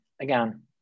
Again